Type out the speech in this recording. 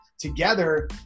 together